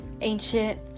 ancient